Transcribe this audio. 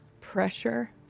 pressure